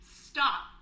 stop